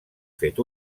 fet